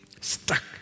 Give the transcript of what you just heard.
Stuck